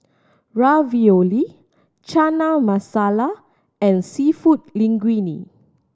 Ravioli Chana Masala and Seafood Linguine